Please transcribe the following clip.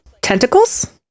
tentacles